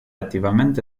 attivamente